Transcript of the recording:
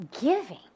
giving